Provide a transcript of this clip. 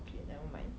okay never mind